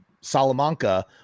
Salamanca